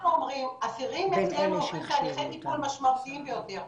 אנחנו אומרים אסירים אצלנו עוברים תהליכי טיפול משמעותיים ביותר,